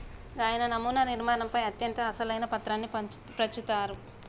గాయన నమునా నిర్మాణంపై అత్యంత అసలైన పత్రాన్ని ప్రచురించాడు